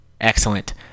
Excellent